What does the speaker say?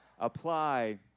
Apply